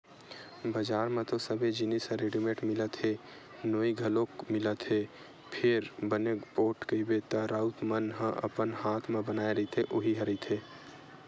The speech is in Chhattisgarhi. बजार म तो सबे जिनिस ह रेडिमेंट मिलत हे नोई घलोक मिलत हे फेर बने पोठ कहिबे त राउत मन ह अपन हात म बनाए रहिथे उही ह रहिथे